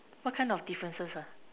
what kind of differences ah